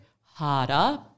harder